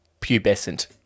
pubescent